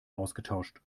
ausgetauscht